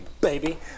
baby